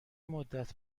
مدت